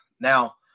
Now